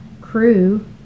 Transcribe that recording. crew